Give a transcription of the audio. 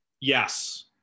yes